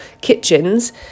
kitchens